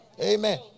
Amen